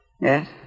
Yes